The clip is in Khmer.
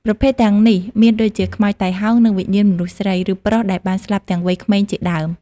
ប្រភេទទាំងនេះមានដូចជា ខ្មោចតៃហោង និងវិញ្ញាណមនុស្សស្រី ឬប្រុសដែលបានស្លាប់ទាំងវ័យក្មេងជាដើម។